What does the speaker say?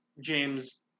James